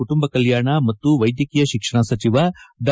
ಕುಟುಂಬ ಕಲ್ಕಾಣ ಮತ್ತು ವೈದ್ಯಕೀಯ ಶಿಕ್ಷಣ ಸಚಿವ ಡಾ